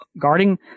guarding